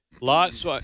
lots